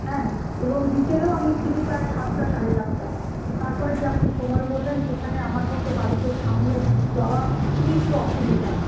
হ্যাঁ এবং বিকেলেও আমি ফিরি প্রায় সাতটা সাড়ে সাতটা তারপরে যে আপনি সময় বললেন সেখানে আমার পক্ষে বাড়িতে সামলে যাওয়া খুবই একটু অসুবিধা